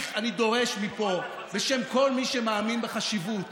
אני דורש מפה בשם כל מי שמאמין בחשיבות